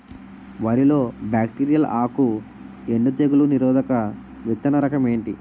వరి లో బ్యాక్టీరియల్ ఆకు ఎండు తెగులు నిరోధక విత్తన రకం ఏంటి?